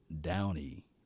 Downey